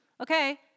Okay